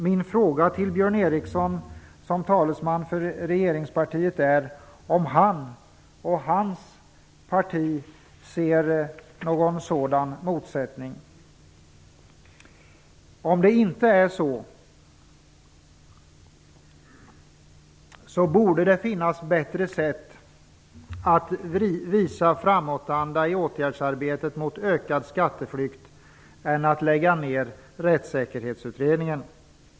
Min fråga till Björn Ericson som talesman för regeringspartiet är om han och hans parti ser någon sådan motsättning. Om så inte är fallet, borde det finnas bättre sätt att visa framåtanda i åtgärdsarbetet mot ökad skatteflykt än att lägga ner Rättssäkerhetsutredningen.